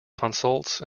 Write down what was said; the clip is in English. consults